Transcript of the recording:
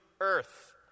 earth